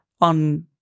on